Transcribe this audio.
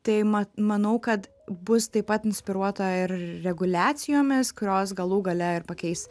tai ma manau kad bus taip pat inspiruota ir reguliacijomis kurios galų gale ir pakeis